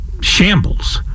shambles